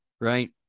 right